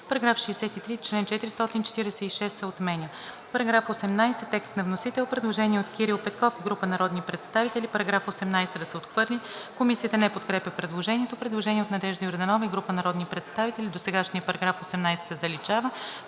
§ 63: „§ 63. Член 446 се отменя.“ Параграф 18 – текст на вносител. Предложение от Кирил Петков и група народни представители: „§ 18 да се отхвърли.“ Комисията не подкрепя предложението. Предложение от Надежда Йорданова и група народни представители: „Досегашният § 18 се заличава.“